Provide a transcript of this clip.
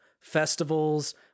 festivals